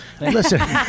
Listen